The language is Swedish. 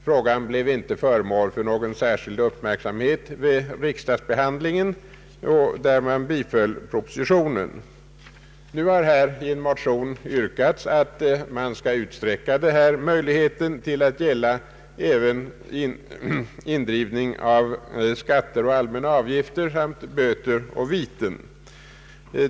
Frågan blev inte föremål för någon särskild uppmärksamhet vid riksdagsbehandlingen, då propositionen bifölls. Nu har i en motion yrkats att möjligheterna skall utsträckas till att gälla indrivning av skatter och allmänna avgifter samt böter och viten.